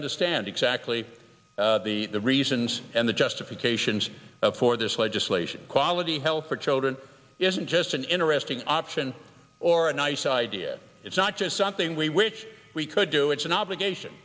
understand exactly the reasons and the justifications for this legislation quality health for children isn't just an interesting option or a nice idea it's not just something we wish we could do it's an obligation